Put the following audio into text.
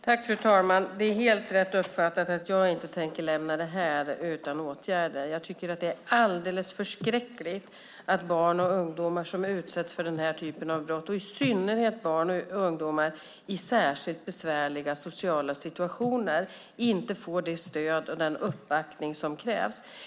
Fru talman! Det är helt rätt uppfattat, att jag inte tänker lämna det här utan åtgärder. Jag tycker att det är alldeles förskräckligt att barn och ungdomar utsätts för den här typen av brott, i synnerhet att barn och ungdomar i särskilt besvärliga sociala situationer inte får det stöd och den uppbackning som behövs.